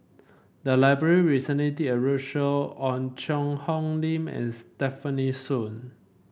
the library recently did a roadshow on Cheang Hong Lim and Stefanie Sun